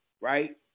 right